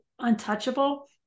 untouchable